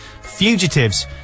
fugitives